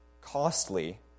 costly